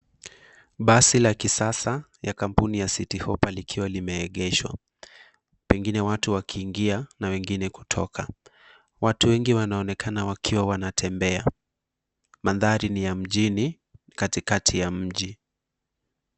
Basi la kisasa ya kampuni ya City Hopper likiwa limeegeshwa, pengine watu wakiingia na wengine wakitoka. Watu wengi wanaonekana wakiwa wanatembea. Mandhari ni ya mjini katikati ya mji.